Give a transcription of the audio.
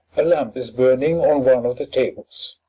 a lamp is burning on one of the tables.